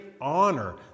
honor